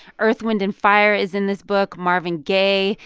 earth, wind and fire is in this book, marvin gaye,